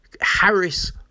Harris